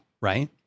right